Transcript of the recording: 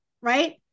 right